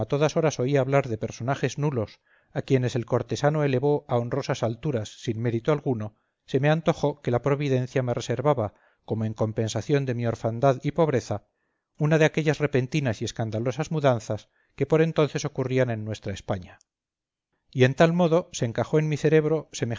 todas horas oía hablar de personajes nulos a quienes el cortesano elevó a honrosas alturas sin mérito alguno se me antojó que la providencia me reservaba como en compensación de mi orfandad y pobreza una de aquellas repentinas y escandalosas mudanzas que por entonces ocurrían en nuestra españa y de tal modo se encajó en mi cerebro